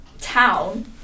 town